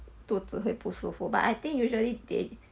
肚子会不舒服 but I think usually they